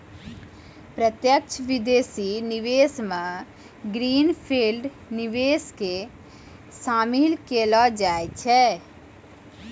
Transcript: प्रत्यक्ष विदेशी निवेश मे ग्रीन फील्ड निवेश के शामिल केलौ जाय छै